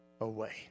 away